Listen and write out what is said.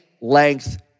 length